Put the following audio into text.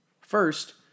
First